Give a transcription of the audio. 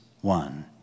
one